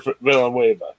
Villanueva